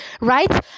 right